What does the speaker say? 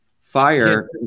fire